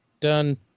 done